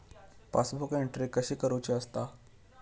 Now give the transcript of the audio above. Passbook entry कशी करुची असता?